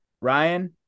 ryan